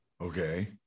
Okay